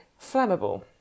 flammable